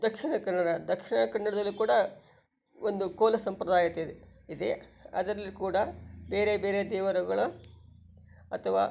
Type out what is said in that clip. ದಕ್ಷಿಣ ಕನ್ನಡ ದಕ್ಷಿಣ ಕನ್ನಡದಲ್ಲೂ ಕೂಡ ಒಂದು ಕೋಲ ಸಂಪ್ರದಾಯ ಇದೆ ಇದೆ ಅದರಲ್ಲೂ ಕೂಡ ಬೇರೆಬೇರೆ ದೇವರುಗಳ ಅಥವಾ